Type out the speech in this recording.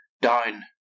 down